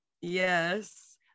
Yes